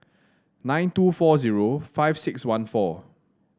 nine two four zero five six one four